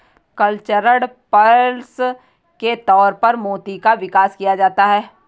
cultured pearls के तौर पर मोती का विकास किया जाता है